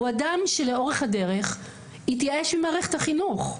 אדם שלאורך הדרך התייאש ממערכת החינוך.